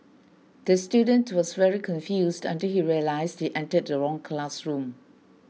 the student was very confused until he realised he entered the wrong classroom